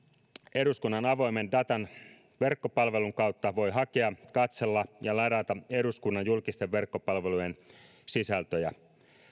eduskunnan avoimen datan verkkopalvelun kautta voi hakea katsella ja ladata eduskunnan julkisten verkkopalvelujen sisältöjä